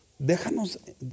Déjanos